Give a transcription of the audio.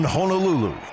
Honolulu